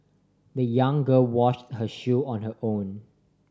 the young girl washed her shoe on her own